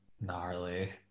gnarly